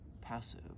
passive